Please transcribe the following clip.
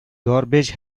garbage